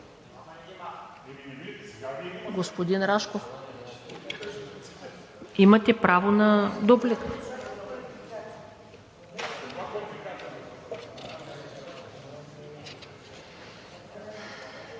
Господин Рашков, имате право на дуплика.